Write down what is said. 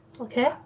Okay